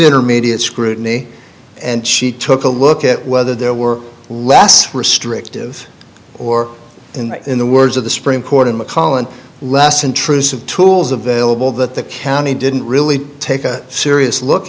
intermediate scrutiny and she took a look at whether there were less restrictive or in the in the words of the supreme court in mcallen less intrusive tools available that the county didn't really take a serious look